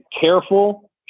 careful